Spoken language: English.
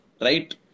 right